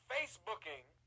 Facebooking